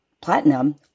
Platinum